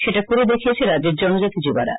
সেটা করিয়ে দেখিয়েছে রাজ্যের জনজাতি যু বারা